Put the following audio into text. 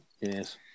Yes